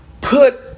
put